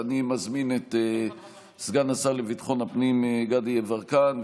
אני מזמין את סגן השר לביטחון הפנים גדי יברקן,